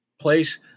place